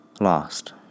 Lost